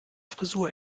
frisur